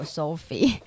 Sophie 。